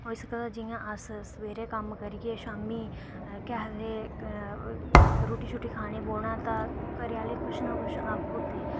होई सकदा जियां अस सबेरे कम्म करियै शामी केह् आखदे रूट्टी शुट्टी खाने गी बौह्ना ता घरे आह्ले कुछ ना कुछ आक्खू उड़दे